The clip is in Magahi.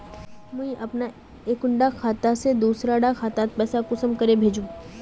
मुई अपना एक कुंडा खाता से दूसरा डा खातात पैसा कुंसम करे भेजुम?